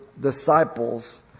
disciples